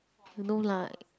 no lah